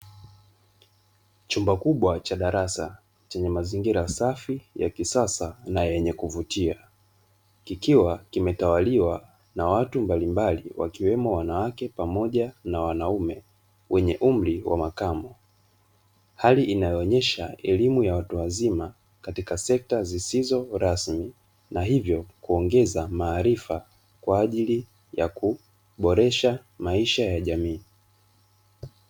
Chumba kikubwa cha darasa chenye mazingira safi ya kisasa na yenye kuvutia, kikiwa kimetawaliwa na watu mbalimbali wakiwemo wanawake pamoja na wanaume wenye umri wa makamu, hali inayoonyesha elimu ya watu wazima katika sekta zisizo rasmi na hivyo kuongeza maarifa kwa ajili ya kuboresha maisha ya jamii.